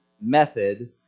method